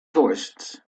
tourists